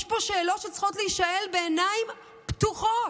יש פה שאלות שצריכות להישאל בעיניים פתוחות